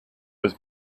was